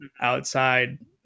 outside